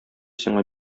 сиңа